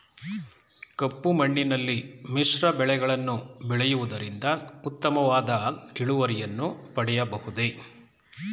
ಕಪ್ಪು ಮಣ್ಣಿನಲ್ಲಿ ಮಿಶ್ರ ಬೆಳೆಗಳನ್ನು ಬೆಳೆಯುವುದರಿಂದ ಉತ್ತಮವಾದ ಇಳುವರಿಯನ್ನು ಪಡೆಯಬಹುದೇ?